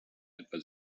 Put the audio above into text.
etwa